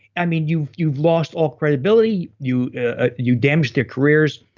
i mean you've you've lost all credibility, you ah you damage their careers,